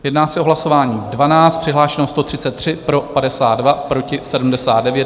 Jedná se o hlasování 12, přihlášeno 133, pro 52, proti 79.